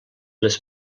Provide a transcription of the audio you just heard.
les